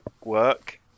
work